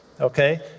okay